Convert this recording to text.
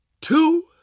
two